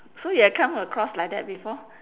so you have come across like that before